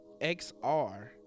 xr